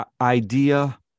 idea